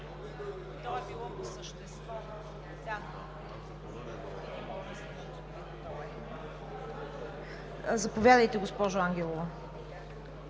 Заповядайте, госпожо Янкова.